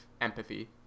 empathy